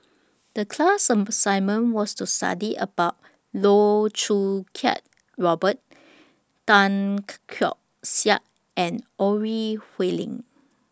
The class assignment was to study about Loh Choo Kiat Robert Tan Keong Saik and Ore Huiying